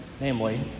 Namely